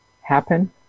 happen